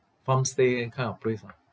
farm stay kind of place lah